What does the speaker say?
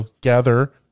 gather